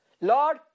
Lord